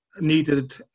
needed